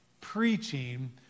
preaching